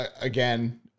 again